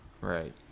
right